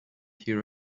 hear